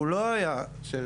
הוא לא היה של